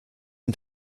ihm